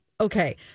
okay